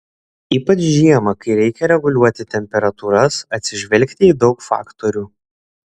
ypač žiemą kai reikia reguliuoti temperatūras atsižvelgti į daug faktorių